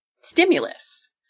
stimulus